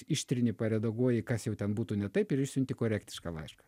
ištrini paredaguoji kas jau ten būtų ne taip ir išsiunti korektišką laišką